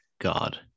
God